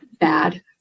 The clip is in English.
bad